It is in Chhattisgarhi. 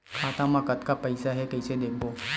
खाता मा कतका पईसा हे कइसे देखबो?